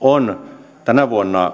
on tänä vuonna